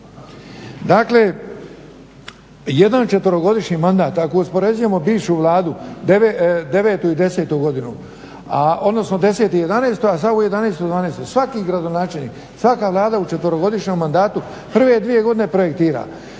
Dakle, jedan četverogodišnji mandat ako uspoređujemo bivšu Vladu devetu i desetu godinu, odnosno desetu i jedanaestu, a sad jedanaestu i dvanaestu. Svaki gradonačelnik, svaka Vlada u četverogodišnjem mandatu prve dvije godine projektira,